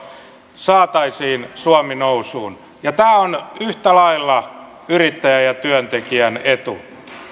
saataisiin suomi nousuun ja tämä on yhtä lailla yrittäjän ja työntekijän etu